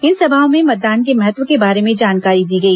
इन सभाओं में मतदान के महत्व के बारे में जानकारी दी गई